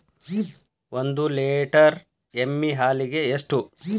ಒಂದು ಲೇಟರ್ ಎಮ್ಮಿ ಹಾಲಿಗೆ ಎಷ್ಟು?